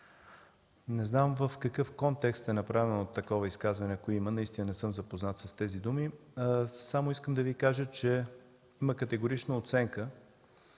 не знам в какъв контекст е направено такова изказване, ако има наистина, не съм запознат с тези думи. Само искам да Ви кажа, че има категорична оценка